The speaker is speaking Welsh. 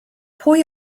pwy